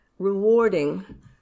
rewarding